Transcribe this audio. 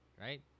Right